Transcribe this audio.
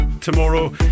tomorrow